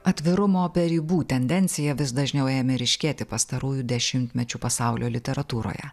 atvirumo be ribų tendencija vis dažniau ėmė ryškėti pastarųjų dešimtmečių pasaulio literatūroje